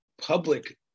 public